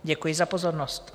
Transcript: Děkuji za pozornost.